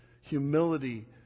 humility